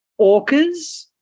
orcas